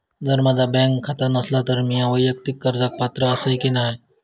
जर माझा बँक खाता नसात तर मीया वैयक्तिक कर्जाक पात्र आसय की नाय?